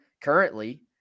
currently